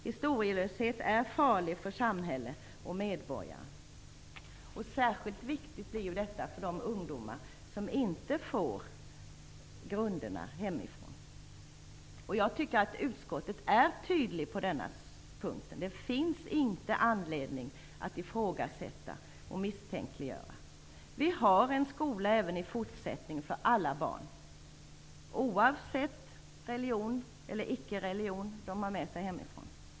Historielöshet är farlig för samhället och medborgaren. Särskilt viktigt är detta för de ungdomar som inte får grunderna hemifrån. Jag anser att utskottet är tydligt på denna punkt. Det finns inte någon anledning att ifrågasätta och misstänkliggöra. Skolan är även i fortsättningen till för alla barn, oavsett den religion eller icke-religion de har med sig hemifrån.